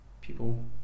people